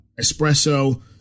espresso